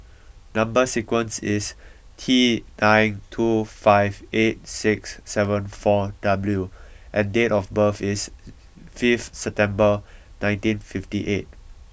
number sequence is T nine two five eight six seven four W and date of birth is fifth September nineteen fifty eight